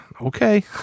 Okay